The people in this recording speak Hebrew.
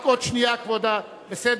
רק עוד שנייה, בסדר?